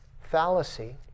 fallacy